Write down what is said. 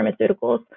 pharmaceuticals